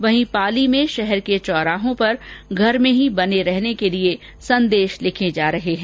वहीं पाली में शहर के चौराहों पर घर में ही बने रहने के संदेश लिखे जा रहे हैं